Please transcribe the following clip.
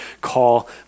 call